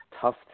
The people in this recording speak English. tough